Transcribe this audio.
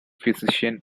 physician